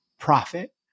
profit